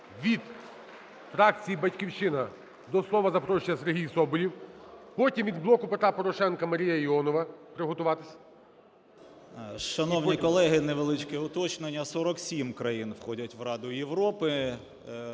Від фракції "Батьківщина" до слова запрошується Сергій Соболєв. Потім від "Блоку Петра Порошенка" Марія Іонова, приготуватись. 16:11:13 СОБОЛЄВ С.В. Шановні колеги, невеличке уточнення, 47 країн входять в Раду Європи.